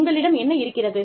உங்களிடம் என்ன இருக்கிறது